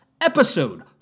episode